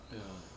uh